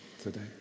today